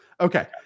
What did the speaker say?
Okay